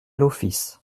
l’office